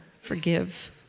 forgive